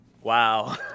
Wow